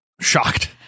shocked